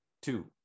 two